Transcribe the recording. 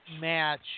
match